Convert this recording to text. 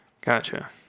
Gotcha